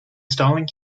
styling